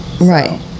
Right